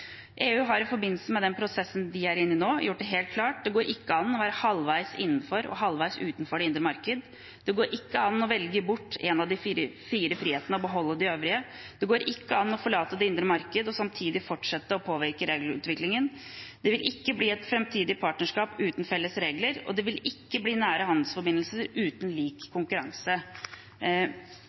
EU har i forbindelse med den prosessen vi er inne i nå, gjort det helt klart: Det går ikke an å være halvveis innenfor og halvveis utenfor det indre marked. Det går ikke an å velge bort én av de fire frihetene og beholde de øvrige. Det går ikke an å forlate det indre marked og samtidig fortsette å påvirke regelutviklingen. Det vil ikke bli et framtidig partnerskap uten felles regler, og det vil ikke bli nære handelsforbindelser uten lik konkurranse.